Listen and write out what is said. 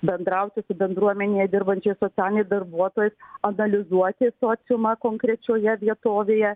bendrauti su bendruomenėje dirbančiais socialiniais darbuotojais analizuoti sociumą konkrečioje vietovėje